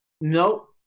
Nope